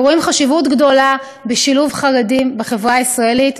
רואים חשיבות גדולה בשילוב חרדים בחברה הישראלית,